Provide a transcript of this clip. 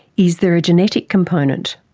is there a genetic component?